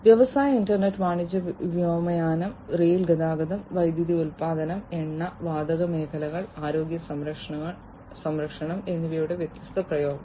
വ്യാവസായിക ഇന്റർനെറ്റ് വാണിജ്യ വ്യോമയാനം റെയിൽ ഗതാഗതം വൈദ്യുതി ഉൽപ്പാദനം എണ്ണ വാതക മേഖലകൾ ആരോഗ്യ സംരക്ഷണം എന്നിവയുടെ വ്യത്യസ്ത പ്രയോഗങ്ങൾ